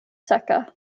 seka